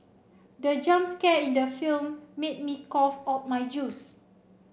the jump scare in the film made me cough out my juice